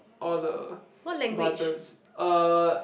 all the buttons uh